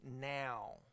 now